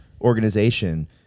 organization